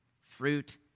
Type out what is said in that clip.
Fruit